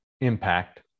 impact